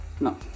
No